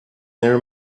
there